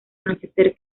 anochecer